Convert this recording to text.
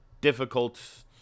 difficult